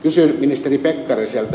kysyn ministeri pekkariselta